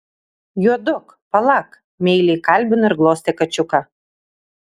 juoduk palak meiliai kalbino ir glostė kačiuką